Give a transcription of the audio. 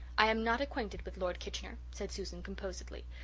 i am not acquainted with lord kitchener, said susan, composedly,